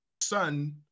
son